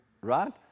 Right